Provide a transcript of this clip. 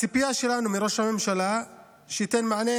הציפייה שלנו מראש הממשלה היא שייתן מענה